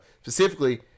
Specifically